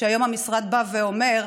שהיום המשרד בא ואומר: